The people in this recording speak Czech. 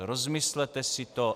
Rozmyslete si to.